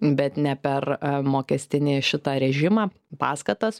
bet ne per mokestinį šitą režimą paskatas